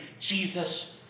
Jesus